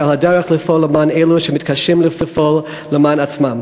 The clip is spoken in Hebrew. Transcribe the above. ועל הדרך לפעול למען אלו שמתקשים לפעול למען עצמם.